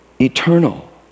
eternal